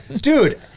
Dude